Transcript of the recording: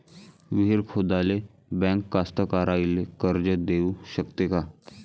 विहीर खोदाले बँक कास्तकाराइले कर्ज देऊ शकते का?